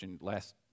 last